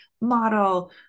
model